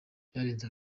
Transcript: byarenze